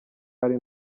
ari